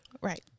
Right